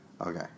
Okay